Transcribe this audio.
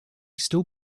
still